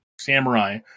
samurai